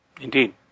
Indeed